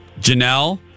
Janelle